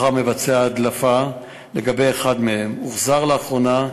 אחר מבצע ההדלפה, אחד מהם הוחזר לאחרונה,